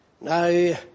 Now